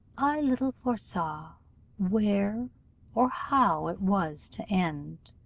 i little foresaw where or how it was to end.